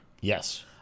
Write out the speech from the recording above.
Yes